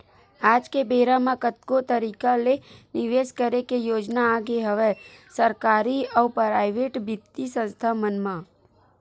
आज के बेरा म कतको तरिका ले निवेस करे के योजना आगे हवय सरकारी अउ पराइेवट बित्तीय संस्था मन म